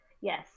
Yes